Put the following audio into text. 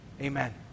Amen